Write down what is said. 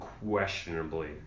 unquestionably